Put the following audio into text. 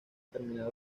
terminal